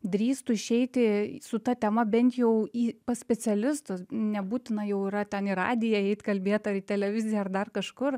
drįstu išeiti į su ta tema bent jau į pas specialistus nebūtina jau yra ten į radiją eit kalbėt ar į televiziją ar dar kažkur